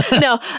No